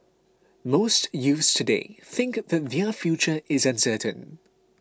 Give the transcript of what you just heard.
most youths today think that their future is uncertain